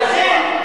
לכן,